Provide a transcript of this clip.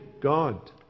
God